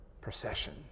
procession